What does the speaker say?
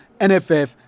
nff